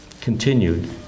continued